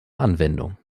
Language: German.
anwendung